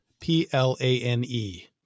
P-L-A-N-E